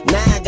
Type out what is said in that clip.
Now